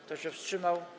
Kto się wstrzymał?